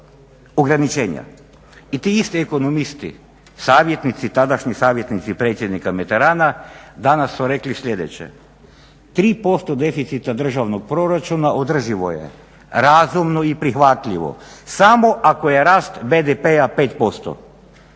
I ti isti ekonomisti, savjetnici tadašnji predsjednika Mitterranda danas su rekli sljedeće, 3% deficita državnog proračuna održivo je, razumno i prihvatljivo samo ako je rast BDP-a 5%.